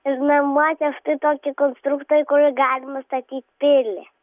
ir namuose aš turiu tokį konstruktorių kur galima statyt pilį